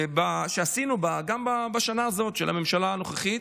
גם בשנה הזאת של הממשלה הנוכחית,